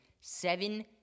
seven